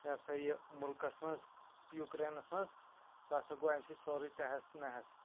یا سا یہِ مُلکَس مَنٛز یُکرینَس مَنٛز سُہ ہَسا گوٚو اَمہِ سۭتۍ سورُے تہس نہس